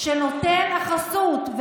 נותן החסות,